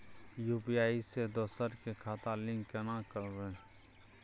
UPI से दोसर के खाता लिंक केना करबे?